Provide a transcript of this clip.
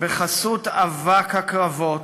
בחסות אבק הקרבות,